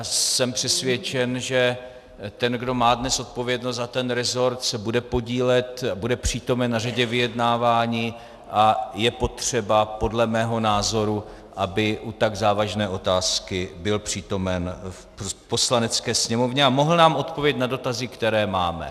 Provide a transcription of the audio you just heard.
Jsem přesvědčen, že ten, kdo má dnes odpovědnost za ten resort, se bude podílet a bude přítomen na řadě vyjednávání a je potřeba podle mého názoru, aby u tak závažné otázky byl přítomen v Poslanecké sněmovně a mohl nám odpovědět na dotazy, které máme.